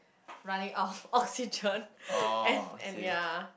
running out of oxygen and and ya